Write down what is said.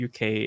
uk